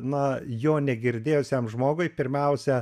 nuo jo negirdėjusiam žmogui pirmiausia